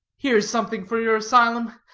here is something for your asylum.